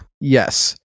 Yes